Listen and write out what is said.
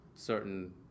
Certain